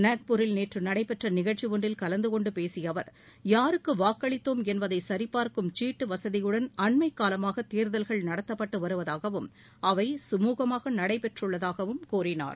நாக்பூரில் நேற்று நடைபெற்ற நிகழ்ச்சி ஒன்றில் கலந்து கொண்டு பேசிய அவர் யாருக்கு வாக்களித்தோம் என்பதை சரிபார்க்கும் சீட்டு வசதியுடன் அண்மைக்காலமாக தேர்தல்கள் நடத்தப்பட்டு வருவதாகவும் அவை சுமூகமாக நடைபெற்றுள்ளதாகவும் கூறினார்